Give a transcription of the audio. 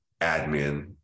admin